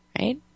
right